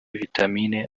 vitamine